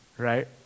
right